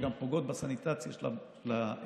שגם פוגעות בסניטציה של הביצה,